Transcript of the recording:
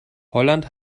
holland